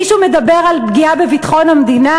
מישהו מדבר על פגיעה בביטחון המדינה?